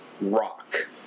rock